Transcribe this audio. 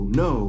no